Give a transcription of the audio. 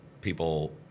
people